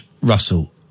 Russell